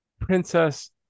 princess